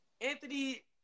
Anthony –